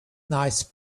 nice